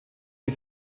die